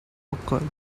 occurred